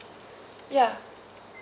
ya